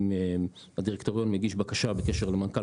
אם הדירקטוריון מגיש בקשה בקשר למנכ"ל